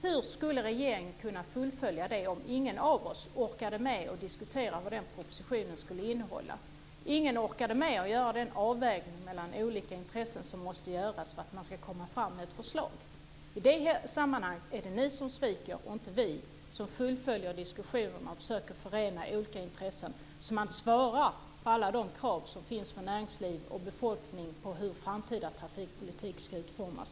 Hur skulle regeringen kunna fullfölja det om ingen av oss orkade med att diskutera vad den propositionen skulle innehålla, om ingen orkade med att göra den avvägning mellan olika intressen som måste göras för att det ska gå att komma fram med ett förslag? I det sammanhanget är det ni som sviker - inte vi, som ju fullföljer diskussionen och försöker förena olika intressen så att man svarar på alla de krav som finns från näringsliv och befolkning kring hur den framtida trafikpolitiken ska utformas.